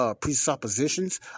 presuppositions